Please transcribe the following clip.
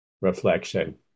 reflection